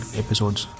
episodes